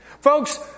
Folks